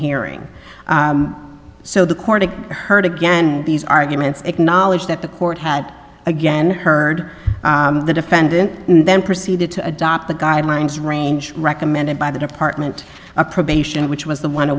hearing so the court heard again these arguments acknowledge that the court had again heard the defendant and then proceeded to adopt the guidelines range recommended by the department of probation which was the one